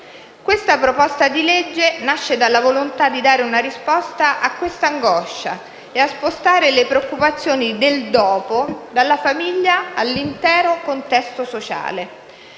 Questa proposta di legge nasce dalla volontà di dare una risposta a questa angoscia e spostare le preoccupazioni del "dopo" dalla famiglia all'intero contesto sociale.